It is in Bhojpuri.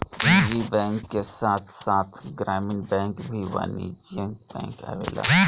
निजी बैंक के साथ साथ ग्रामीण बैंक भी वाणिज्यिक बैंक आवेला